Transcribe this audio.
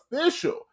official